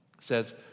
says